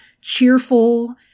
cheerful